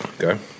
Okay